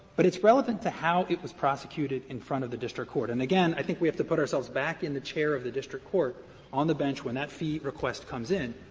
but it's relevant to how it was prosecuted in front of the district court. and again, i think we have to put ourselves back in the chair of the district court on the bench when that fee request comes in.